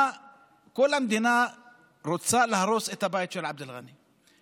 מה כל המדינה רוצה להרוס את הבית של עבד אלגאנם,